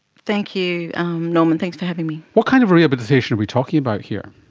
thank you norman, thanks for having me. what kind of rehabilitation are we talking about here?